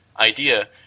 idea